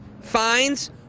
fines